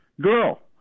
girl